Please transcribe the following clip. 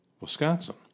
Wisconsin